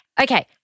Okay